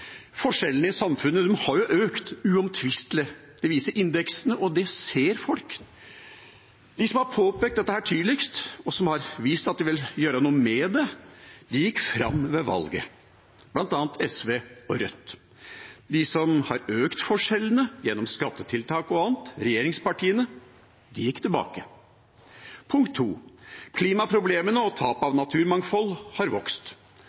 Forskjellene i samfunnet har uomtvistelig økt, det viser indeksene, og det ser folk. De som har påpekt dette tydeligst, og som har vist at de vil gjøre noe med det, gikk fram ved valget, bl.a. SV og Rødt. De som har økt forskjellene gjennom skattetiltak og annet, regjeringspartiene, gikk tilbake. Klimaproblemene og tap av naturmangfold har vokst.